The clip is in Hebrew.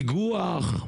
איגוח.